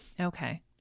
Okay